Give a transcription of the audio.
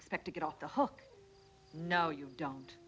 expect to get off the hook no you don't